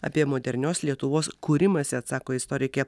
apie modernios lietuvos kūrimąsi atsako istorikė